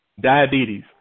diabetes